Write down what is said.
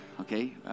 Okay